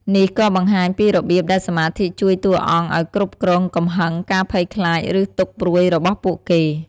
នេះក៏បង្ហាញពីរបៀបដែលសមាធិជួយតួអង្គឱ្យគ្រប់គ្រងកំហឹង ការភ័យខ្លាច ឬទុក្ខព្រួយរបស់ពួកគេ។